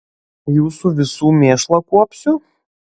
jūsų visų mėšlą kuopsiu